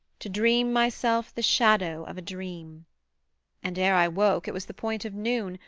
to dream myself the shadow of a dream and ere i woke it was the point of noon,